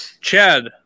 Chad